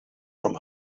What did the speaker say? from